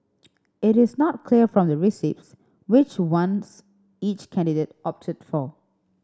it is not clear from the receipts which ones each candidate opted for